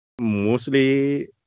mostly